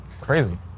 Crazy